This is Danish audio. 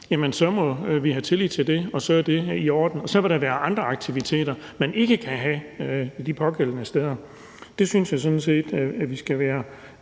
så må vi have tillid til det, og så er det i orden. Så vil der være andre aktiviteter, man ikke kan have de pågældende steder. Det synes jeg sådan set at vi skal være